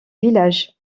village